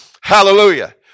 Hallelujah